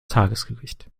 tagesgericht